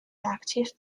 active